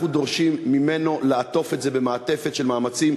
אנחנו דורשים ממנו לעטוף את זה במעטפת של מאמצים